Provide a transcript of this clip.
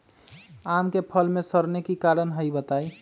आम क फल म सरने कि कारण हई बताई?